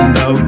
no